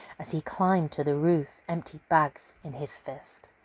as he climbed to the roof, empty bags in his fist.